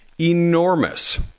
enormous